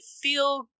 feel